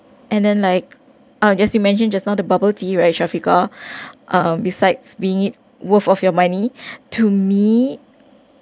and then like like I just mentioned just now the bubble tea right shafiqah uh besides being it worth of your money to me